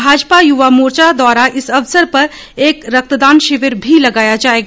भाजपा युवा मोर्चा द्वारा इस अवसर पर एक रक्तदान शिविर भी लगाया जाएगा